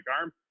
arm